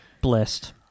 Blessed